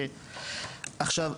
עכשיו,